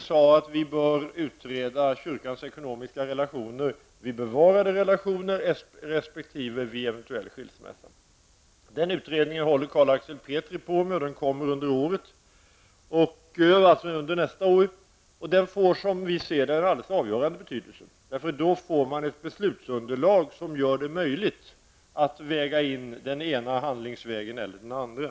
Då sade vi att vi bör utreda kyrkans ekonomiska förhållanden vid bevarad relation resp. vid eventuell skilsmässa. Den utredningen håller Carl Axel Petri på med, och den kommer under nästa år. Den får, som vi ser det, en helt avgörande betydelse. Då får vi ett beslutsunderlag som gör det möjligt att väga in den ena handlingsvägen mot den andra.